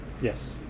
Yes